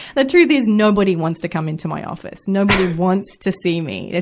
the truth is, nobody wants to come into my office. nobody wants to see me.